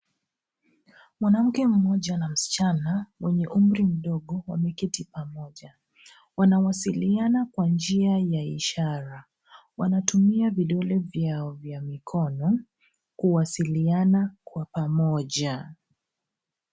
Mwanamke mmoja na msichana mwenye umri mdogo wameketi pamoja. Wanawasiliana kwa njia ya ishara. Wanatumia vidole vyao vya mikono kuwasiliana kwa pamoja.